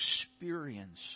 experience